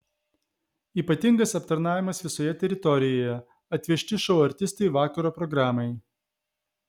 ypatingas aptarnavimas visoje teritorijoje atvežti šou artistai vakaro programai